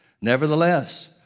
nevertheless